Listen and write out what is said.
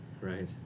Right